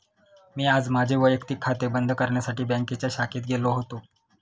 मी आज माझे वैयक्तिक खाते बंद करण्यासाठी बँकेच्या शाखेत गेलो होतो